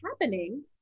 happening